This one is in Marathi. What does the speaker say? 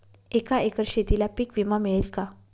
एका एकर शेतीला पीक विमा मिळेल का?